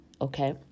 Okay